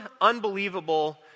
unbelievable